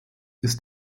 ist